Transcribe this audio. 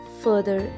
further